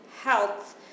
health